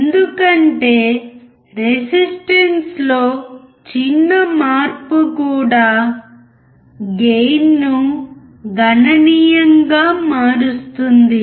ఎందుకంటే రెసిస్టెన్స్ లో చిన్న మార్పు ఉన్న కూడా గెయిన్ను గణనీయంగా మారుస్తుంది